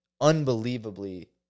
unbelievably